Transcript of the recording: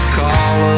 call